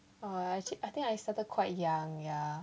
!wah! I think I started quite young ya